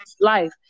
life